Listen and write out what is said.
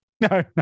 No